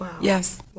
yes